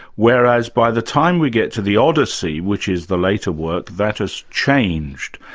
whereas by the time we get to the odyssey, which is the later work, that has changed.